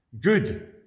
good